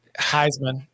Heisman